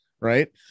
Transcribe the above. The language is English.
Right